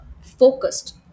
focused